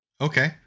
Okay